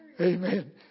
Amen